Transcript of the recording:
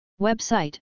Website